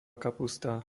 kapusta